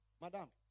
Madame